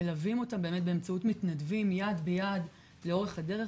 מלווים אותם באמצעות מתנדבים יד ביד לאורך הדרך